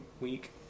week